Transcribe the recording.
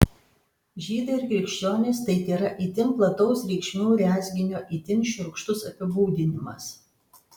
žydai ir krikščionys tai tėra itin plataus reikšmių rezginio itin šiurkštus apibūdinimas